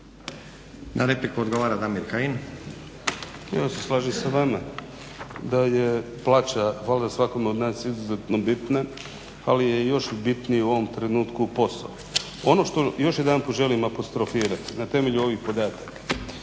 Damir (Nezavisni)** U svemu se slažem sa vama da je plaća valjda svakome od nas izuzetno bitna, ali je još bitniji u ovom trenutku posao. Ono što još jedanput želim apostrofirati na temelju ovih podataka.